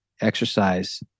exercise